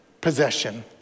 possession